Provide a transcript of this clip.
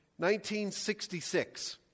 1966